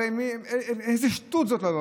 הרי איזו שטות זאת.